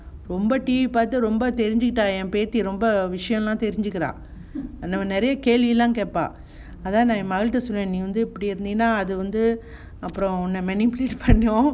ரொம்ப டிவி பாத்து ரொம்ப தெரிஞ்சுகிட்டா ரொம்ப விசியமெல்லாம்தெரிஞ்சுக்குரா அதா நான் ஏன் மகள்ட சொன்னே நீ வந்து இப்டிஇருந்தாஅது உண்ண பண்ணும்:romba tv paathu romba therinjikitta romba visiyamela therinjikkuraa athaa naan yen magalta sonna nee vanthu ipdi irunthenna apram athu onna pannum